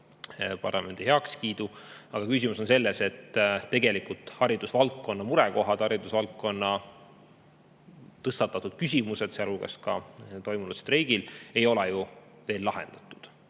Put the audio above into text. parlamendi heakskiidu. Aga küsimus on selles, et haridusvaldkonna murekohad, haridusvaldkonna tõstatatud küsimused, sealhulgas toimunud streigi ajal, ei ole ju veel lahendatud.